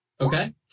Okay